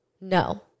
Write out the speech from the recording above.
No